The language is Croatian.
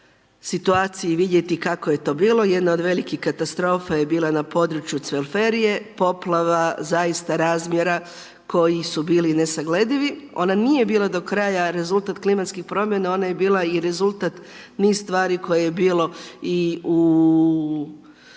situaciji vidjeti kako je to bilo. Jedna od velikih katastrofa je bila na području .../Govornik se ne razumije./... Poplava zaista razmjera koji su bili nesagledivi. Ona nije bila do kraja rezultat klimatskih promjena, ona je bila i rezultat niza stvari koje je bilo i u